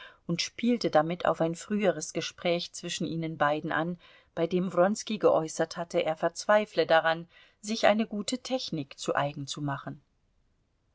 und spielte damit auf ein früheres gespräch zwischen ihnen beiden an bei dem wronski geäußert hatte er verzweifle daran sich eine gute technik zu eigen zu machen